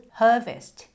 harvest